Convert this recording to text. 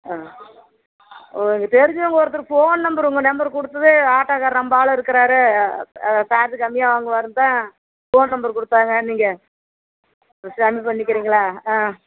ம் ஒரு தெரிஞ்சவங்க ஒருத்தர் ஃபோன் நம்பர் உங்கள் நம்பர் கொடுத்தது ஆட்டோக்கார் நம்ப ஆள் இருக்கிறாரு சார்ஜ் கம்மியாக வாங்குவாருன்னு தான் ஃபோன் நம்பர் கொடுத்தாங்க நீங்கள் கம்மி பண்ணிக்கிறீங்களா ம்